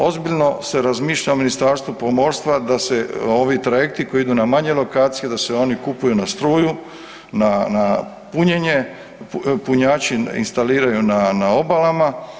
Ozbiljno se razmišlja u Ministarstvu pomorstva da se ovi trajekti koji idu na manje lokacije da se oni kupuju na struju, na punjenje, punjači instaliraju na obalama.